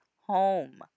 home